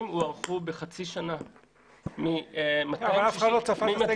הוארכו בחצי שנה מ-260 -- אבל אף אחד לא צפה את הסגר.